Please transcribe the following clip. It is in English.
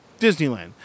Disneyland